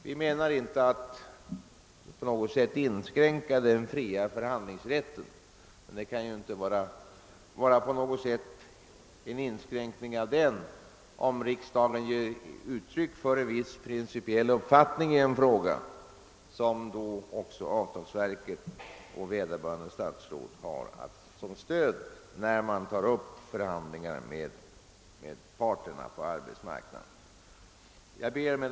Vi avser inte på något sätt att inskränka den fria förhandlingsrätten, men det kan ju inte innebära någon inskränkning i den fria förhandlingsrätten att riksdagen ger uttryck för en viss principiell uppfattning i en fråga, en uppfattning som kan vara till stöd för avtalsverket och vederbörande statsråd när man tar upp förhandlingar med parterna på arbetsmarknaden. Herr talman!